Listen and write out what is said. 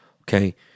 okay